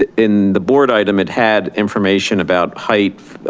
in the board item, it had information about height,